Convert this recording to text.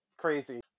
Crazy